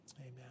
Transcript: Amen